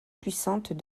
puissantes